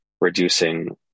reducing